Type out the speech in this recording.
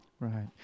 Right